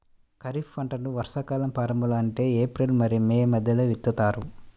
ఖరీఫ్ పంటలను వర్షాకాలం ప్రారంభంలో అంటే ఏప్రిల్ మరియు మే మధ్యలో విత్తుతారు